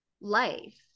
life